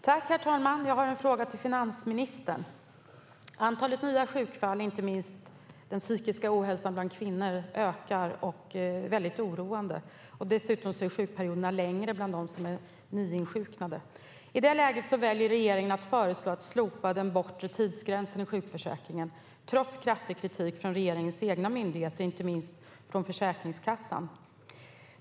Herr talman! Jag har en fråga till finansministern. Antalet nya sjukfall, inte minst den psykiska ohälsan bland kvinnor, ökar. Det är oroande. Dessutom är sjukperioderna längre bland de nyinsjuknade. I det läget väljer regeringen att föreslå att slopa den bortre tidsgränsen i sjukförsäkringen, trots kraftig kritik från regeringens egna myndigheter, inte minst Försäkringskassan.